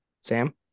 Sam